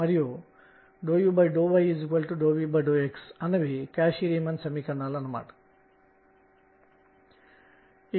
మరియు శక్తులు ఒకటే